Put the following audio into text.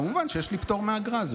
כמובן שיש לי פטור מהאגרה הזו.